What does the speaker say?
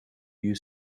you